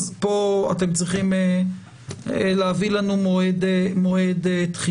פה אתם צריכים להביא לנו מועד תחילה.